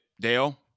Dale